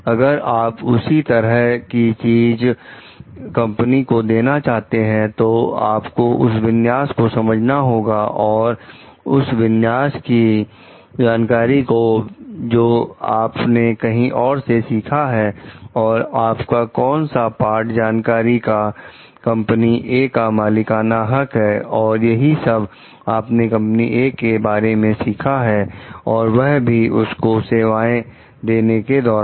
अगर आप उसी तरह की चीज कंपनी को देना चाहते हैं तो आपको उस विन्यास को समझाना होगा और और उस विन्यास की जानकारी को जो आपने कहीं और से सीखा है और उसका कौन सा पाठ जानकारी का कंपनी ए का मालिकाना हक है और यही सब आपने कंपनी ए के बारे में सीखा है और वह भी उनको सेवाएं देने के दौरान